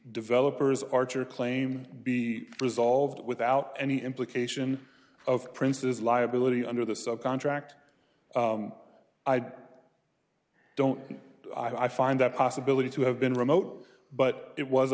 developers archer claim be resolved without any implication of princes liability under the subcontract i don't i find that possibility to have been remote but it was a